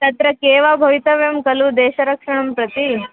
तत्र सेवा भवितव्या खलु देशरक्षणं प्रति